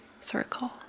circle